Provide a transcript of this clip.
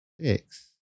Six